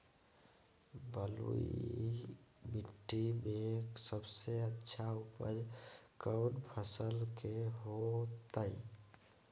बलुई मिट्टी में सबसे अच्छा उपज कौन फसल के होतय?